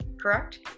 correct